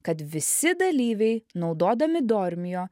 kad visi dalyviai naudodami dormio